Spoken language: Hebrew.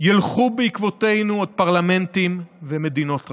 ילכו בעקבותינו עוד פרלמנטים ומדינות רבות.